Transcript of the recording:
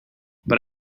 but